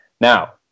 Now